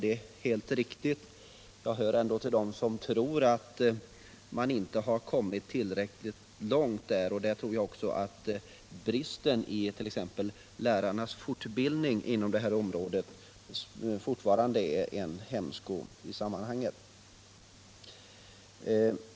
Det är helt riktigt, men jag hör ändå till dem som tror att man inte har kommit tillräckligt långt därvidlag. Bristerna i lärarnas fortbildning på området är antagligen fortfarande en hämsko i sammanhanget.